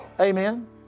Amen